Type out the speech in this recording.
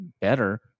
better